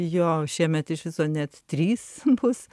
jo šiemet iš viso net trys bus